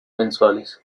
mensuales